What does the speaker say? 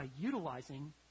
utilizing